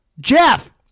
jeff